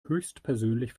höchstpersönlich